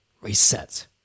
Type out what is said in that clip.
reset